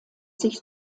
sich